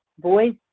voice